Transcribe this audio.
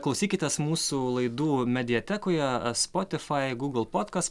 klausykitės mūsų laidų mediatekoje spotifai gūgl podkas